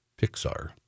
Pixar